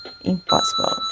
Impossible